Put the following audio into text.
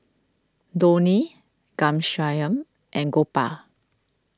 Dhoni Ghanshyam and Gopal